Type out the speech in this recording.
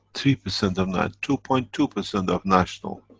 three percent of nat. two point two percent of national.